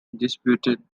disputed